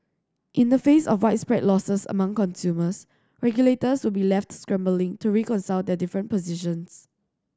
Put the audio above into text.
in the face of widespread losses among consumers regulators would be left scrambling to reconcile that their different positions